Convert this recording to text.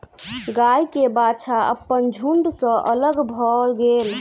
गाय के बाछा अपन झुण्ड सॅ अलग भअ गेल